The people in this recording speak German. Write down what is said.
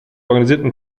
organisierten